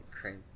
crazy